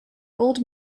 old